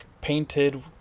painted